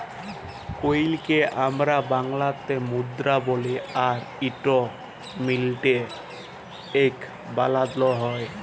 কইলকে আমরা বাংলাতে মুদরা বলি আর ইট মিলটে এ বালালো হয়